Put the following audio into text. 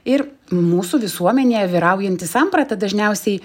ir mūsų visuomenėje vyraujanti samprata dažniausiai